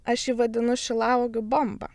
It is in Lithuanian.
aš jį vadinu šilauogių bomba